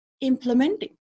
implementing